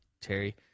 Terry